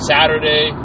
Saturday